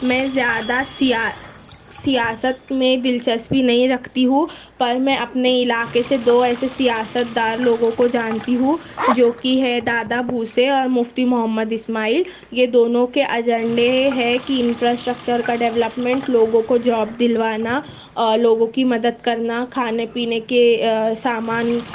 میں زیادہ سیاست میں دلچسپی نہیں رکھتی ہوں پر میں اپنے علاقے سے دو ایسے سیاستدار لوگوں کو جانتی ہوں جو کہ ہے دادا بھوسے اور مفتی محمد اسماعیل یہ دونوں کے ایجنڈے ہے کہ انفراسٹرکچر کا ڈیویلپمنٹ لوگوں کو جاب دلوانا اور لوگوں کی مدد کرنا کھانے پینے کے سامان